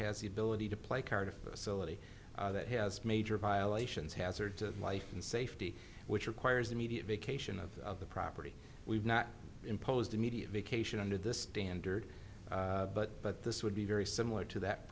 has the ability to play a card a facility that has major violations hazard to life and safety which requires immediate vacation of the property we've not imposed immediate vacation under this standard but but this would be very similar to that